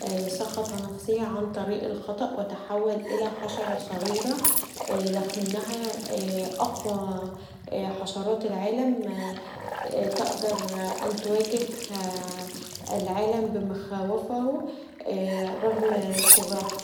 فسخط نفسه عن طريق الخطأ فتحول الي حشره صغيره لكنها اقوي حشرات العالم تقدر ان تواجه العالم بمخاوفها رغم صغرها.